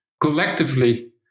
collectively